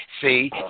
see